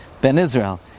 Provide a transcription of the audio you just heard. Ben-Israel